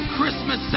Christmas